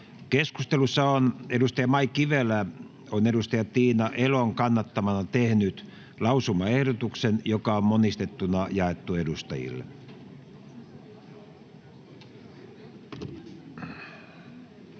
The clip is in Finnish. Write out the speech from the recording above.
Keskustelussa on Mai Kivelä Tiina Elon kannattamana tehnyt lausumaehdotuksen, joka on monistettuna jaettu edustajille.